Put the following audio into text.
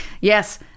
Yes